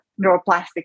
neuroplastic